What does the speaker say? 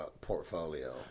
portfolio